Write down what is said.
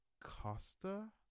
Costa